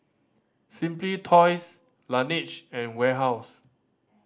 Simply Toys Laneige and Warehouse